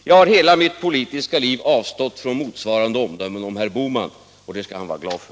Jag har i hela mitt politiska liv avstått från motsvarande omdömen om herr Bohman — och det skall han vara glad för.